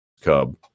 Cub